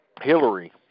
Hillary